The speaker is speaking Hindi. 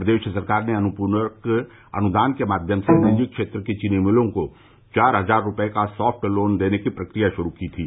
प्रदेश सरकार ने अनुपूरक अनुदान के माध्यम से निजी क्षेत्र की चीनी मिलों को चार हजार करोड़ रूपये का साफट लोन देने की प्रक्रिया श्रू की थी